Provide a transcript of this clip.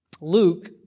Luke